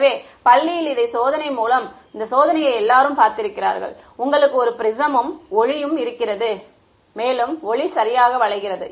எனவே பள்ளியில் இந்த சோதனையை எல்லோரும் பார்த்திருக்கிறார்கள் உங்களுக்கு ஒரு ப்ரிஸமும் ஒளியும் இருக்கிறது மேலும் ஒளி சரியாக வளைகிறது